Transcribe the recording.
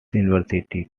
university